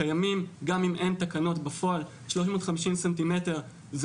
קיימים גם אם אין תקנות בפועל 350 סמ"ר זה